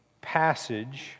passage